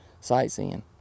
sightseeing